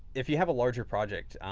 if you have a larger project